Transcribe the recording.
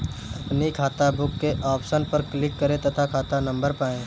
अपनी खाताबुक के ऑप्शन पर क्लिक करें तथा खाता नंबर पाएं